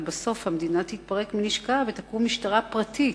ובסוף המדינה תתפרק מנשקה ותקום משטרה פרטית,